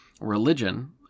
religion